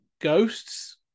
ghosts